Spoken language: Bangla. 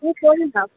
তুমি ফোন দাও